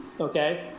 okay